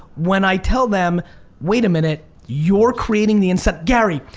when i tell them wait a minute, you're creating the incentive. gary,